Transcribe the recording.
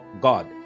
God